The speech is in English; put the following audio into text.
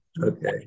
Okay